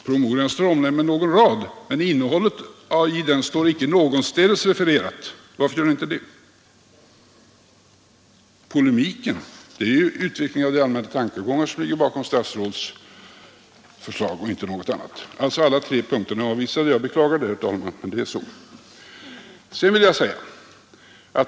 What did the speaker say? Promemorian står omnämnd med någon rad, men innehållet i promemorian refereras inte någonstädes. Varför gör man inte det? Det är ju utvecklingen av gamla tankegångar som ligger bakom statsrådets förslag och ingenting annat. Jag avvisar alltså alla tre punkterna. Jag beklagar det, herr talman, men jag måste göra så.